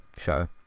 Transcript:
show